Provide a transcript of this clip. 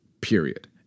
period